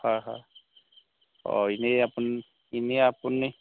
হয় হয় এনেই আপুনি এনেই আপুনি